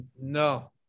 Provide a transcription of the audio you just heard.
no